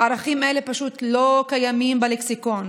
ערכים אלו פשוט לא קיימים בלקסיקון.